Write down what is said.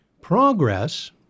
Progress